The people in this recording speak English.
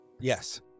Yes